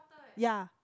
yea